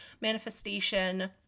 manifestation